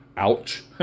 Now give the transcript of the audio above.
Ouch